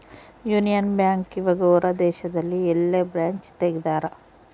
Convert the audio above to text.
Union Bank ಇವಗ ಹೊರ ದೇಶದಲ್ಲಿ ಯೆಲ್ಲ ಬ್ರಾಂಚ್ ತೆಗ್ದಾರ